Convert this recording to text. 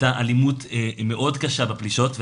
הייתה אלימות מאוד קשה בפלישות,